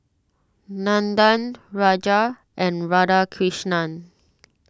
Nandan Raja and Radhakrishnan